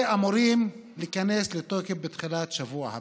ואמורים להיכנס לתוקף בתחילת שבוע הבא.